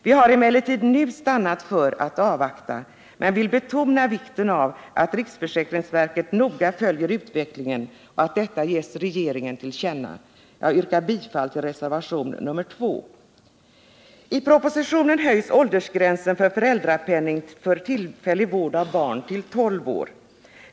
Vi har emellertid nu stannat för att avvakta, men vi betonar vikten av att riksförsäkringsverket noga följer utvecklingen och att detta ges regeringen till känna. Jag yrkar bifall till I propositionen höjs åldersgränsen för föräldrapenning för tillfällig vård av barn till 12 år.